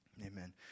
Amen